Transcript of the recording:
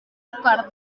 cardona